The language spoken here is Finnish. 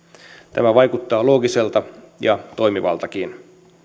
tämä vaikuttaa loogiselta ja toimivaltakin